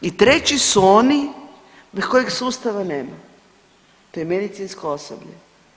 I treći su oni za kojeg sustava nema, to je medicinsko osoblje.